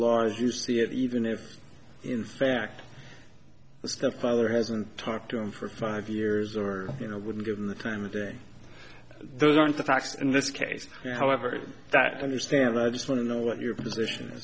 as you see it even if in fact as the father hasn't talked to him for five years or you know wouldn't give him the time of day those aren't the facts in this case however that i understand i just want to know what your position